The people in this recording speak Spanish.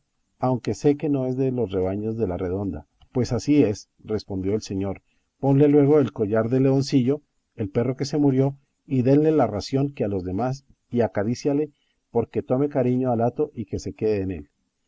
aunque sé que no es de los rebaños de la redonda pues así es respondió el señor ponle luego el collar de leoncillo el perro que se murió y denle la ración que a los demás y acaríciale porque tome cariño al hato y se quede en él